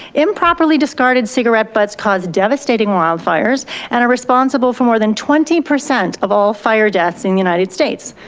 improperly discarded cigarette butts cause devastating wildfires and are responsible for more than twenty percent of all fire deaths in the united states.